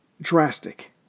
drastic